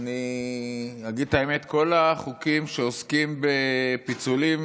אני אגיד את האמת, כל החוקים שעוסקים בפיצולים